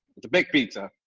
it's a big pizza.